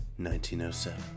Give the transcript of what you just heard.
1907